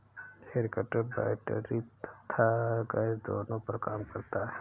head cutter battery तथा gas दोनों पर काम करता है